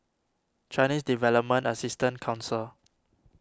Chinese Development Assistance Council